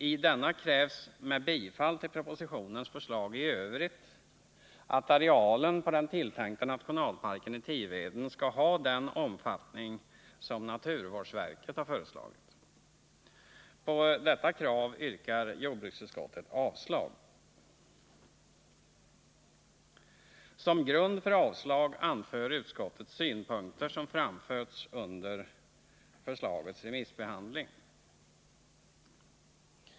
I denna krävs, med bifall till propositionens förslag i övrigt, att den tilltänkta nationalparken i Tiveden skall ha den areal som naturvårdsverket har föreslagit. Detta förslag avstyrker jordbruksutskottet. Såsom grund för sitt avstyrkande anför utskottet synpunkter som har framförts under förslagets remissbehandling.